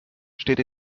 steht